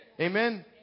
Amen